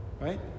right